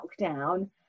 lockdown